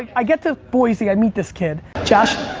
i get to boise. i meet this kid. josh, it